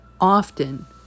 often